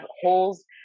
holes